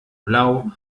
blau